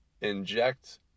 inject